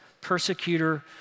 persecutor